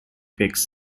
picks